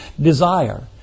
desire